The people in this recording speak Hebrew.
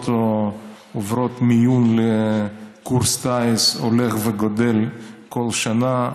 או העוברות מיון לקורס טיס הולך וגדל כל שנה.